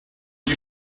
you